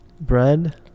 Bread